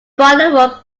bodywork